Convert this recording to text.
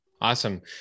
Awesome